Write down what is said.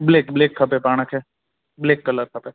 black black खपे पाण खे ब्लैक कलर खपे